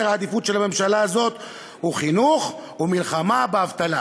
העדיפויות של הממשלה הזו הוא חינוך ומלחמה באבטלה.